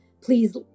please